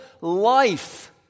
life